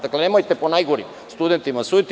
Dakle, nemojte po najgorim studentima suditi.